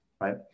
Right